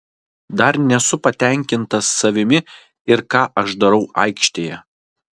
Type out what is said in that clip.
dar nesu patenkintas savimi ir ką aš darau aikštėje